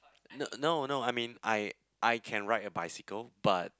no no I mean I I can ride a bicycle but